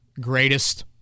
greatest